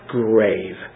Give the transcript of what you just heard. grave